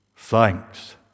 thanks